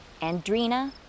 Andrina